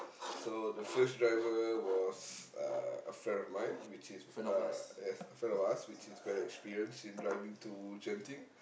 so the first driver was uh a friend of mine which is uh yes a friend of ours which is very experienced in driving to Genting